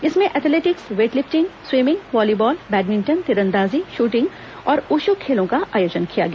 इसमें athletics weightlifting swimming volleyball badminton तीरंदाजी shooting और उश् खेलों का आयोजन किया गया